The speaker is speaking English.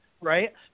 right